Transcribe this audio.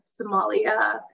Somalia